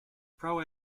pro